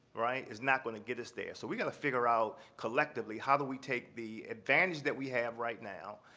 right, is not going to get us there. so we've got to figure out collectively how do we take the advantage that we have right now.